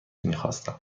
میخواستم